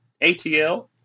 ATL